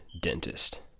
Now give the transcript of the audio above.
dentist